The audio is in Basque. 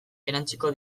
erantsiko